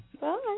Bye